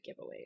giveaways